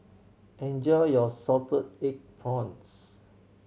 enjoy your salted egg prawns